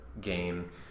game